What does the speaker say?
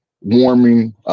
warming